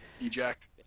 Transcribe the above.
Eject